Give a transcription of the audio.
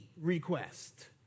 request